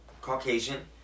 Caucasian